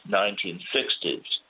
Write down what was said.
1960s